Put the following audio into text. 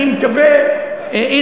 לא הייתי בקורסים.